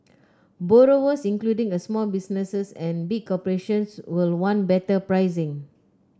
borrowers including small businesses and big corporations will want better pricing